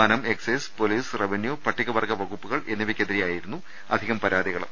വനം excise police revenue പട്ടിക വർഗ്ഗ വകുപ്പുകൾക്കെതിരെയായിരുന്നു അധികം പരാതിക ളും